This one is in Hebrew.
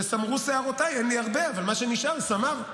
וסמרו שערותיי, אין לי הרבה, אבל מה שנשאר סמר,